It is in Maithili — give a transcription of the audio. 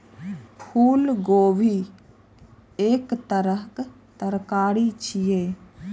फूलगोभी एक तरहक तरकारी छियै